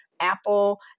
Apple